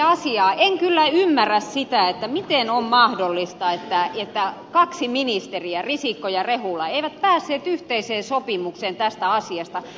en kyllä ymmärrä sitä miten on mahdollista että kaksi ministeriä risikko ja rehula eivät päässeet yhteiseen sopimukseen tästä asiasta